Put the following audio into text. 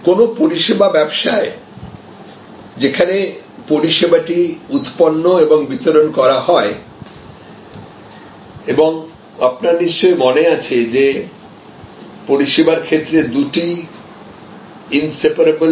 কোনও পরিষেবা ব্যবসায়ে যেখানে পরিষেবাটি উত্পন্ন এবং বিতরণ করা হয় এবং আপনার নিশ্চয়ই মনে আছে যে পরিষেবার ক্ষেত্রে এই দুটি ইন্সেপারাবল